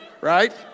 right